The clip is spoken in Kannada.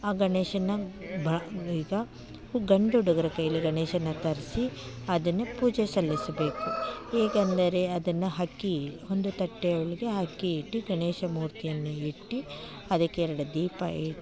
ಆ ಗಣೇಶನ ಬ ಈಗ ಗಂಡು ಹುಡುಗರ ಕೈಯಲ್ಲಿ ಗಣೇಶನ್ನ ತರ್ಸಿ ಅದನ್ನು ಪೂಜೆ ಸಲ್ಲಿಸಬೇಕು ಹೇಗೆಂದರೆ ಅದನ್ನು ಅಕ್ಕಿ ಒಂದು ತಟ್ಟೆಯೊಳಗೆ ಅಕ್ಕಿ ಇಟ್ಟು ಗಣೇಶ ಮೂರ್ತಿಯನ್ನು ಇಟ್ಟು ಅದಕ್ಕೆ ಎರಡು ದೀಪ ಇ